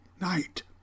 night